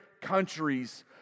countries